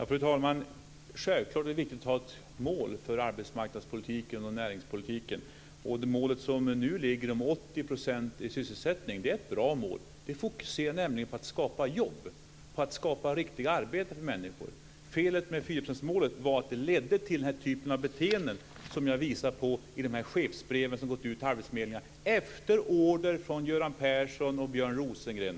Fru talman! Självklart är det viktigt att ha ett mål för arbetsmarknadspolitiken och näringspolitiken. Det mål som nu ligger om 80 % i sysselsättning är ett bra mål. Det fokuserar nämligen på att skapa jobb, på att skapa riktiga arbeten för människor. Felet med 4-procentsmålet var att det ledde till den typ av beteende som jag visade på i de chefsbrev som har gått ut till arbetsförmedlingarna efter order från Göran Persson och Björn Rosengren.